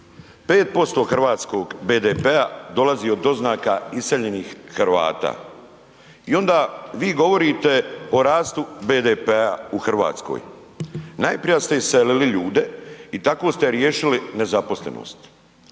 5% hrvatskog BDP-a dolazi od doznaka iseljenih Hrvata i onda vi govorite o rastu BDP-a u Hrvatskoj. Najprije ste iselili ljude i tako ste riješili nezaposlenost.